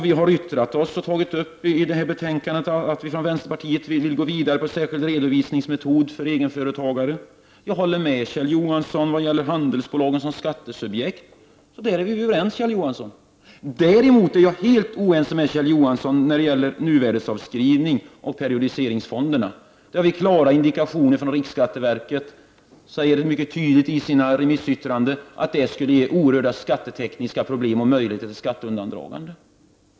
Vi har i detta betänkande yttrat oss och tagit upp att vi från vänsterpartiet vill gå vidare på detta med särskild redovisningsmetod för egenföretagare. Jag håller med Kjell Johansson i det han sade om handelsbolag som skattesubjekt. Där är vi överens. Däremot är jag helt oense med Kjell Johansson när det gäller nuvärdesavskrivning och periodiseringsfonderna. Där har vi klara indikationer från riksskatteverket. Man säger mycket tydligt i sitt remissyttrande att detta skulle ge oerhörda skattetekniska problem och möjligheter till skatteundandragande.